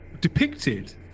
depicted